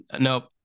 nope